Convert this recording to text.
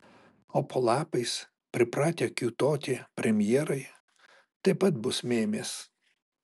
o po lapais pripratę kiūtoti premjerai taip pat bus mėmės